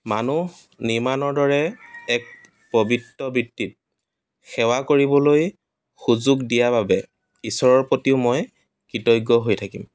মানুহ নিৰ্মাণৰ দৰে এক পবিত্ৰ বৃত্তিত সেৱা কৰিবলৈ সুযোগ দিয়া বাবে ঈশ্বৰৰ প্ৰতিও মই কৃতজ্ঞ হৈ থাকিম